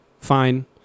fine